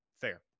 Fair